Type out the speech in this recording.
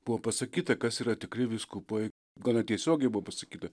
buvo pasakyta kas yra tikri vyskupai gal netiesiogiai buvo pasakyta